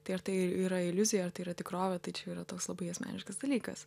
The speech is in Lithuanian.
tai ar tai yra iliuzija ar tai yra tikrovė tai čia yra toks labai asmeniškas dalykas